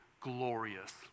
glorious